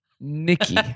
Nikki